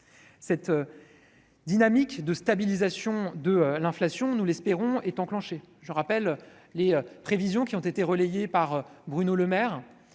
Cette dynamique de stabilisation de l'inflation est désormais enclenchée. Je rappelle les prévisions qui ont été relayées par Bruno Le Maire